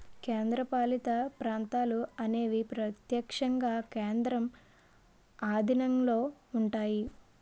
కేంద్రపాలిత ప్రాంతాలు అనేవి ప్రత్యక్షంగా కేంద్రం ఆధీనంలో ఉంటాయి